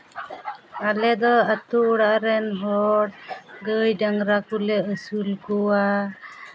ᱟᱞᱮ ᱫᱚ ᱟᱹᱛᱳ ᱚᱲᱟᱜ ᱨᱮᱱ ᱦᱚᱲ ᱜᱟᱹᱭ ᱰᱟᱝᱨᱟ ᱠᱚᱞᱮ ᱟᱹᱥᱩᱞ ᱠᱚᱣᱟ